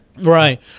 Right